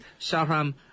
Shahram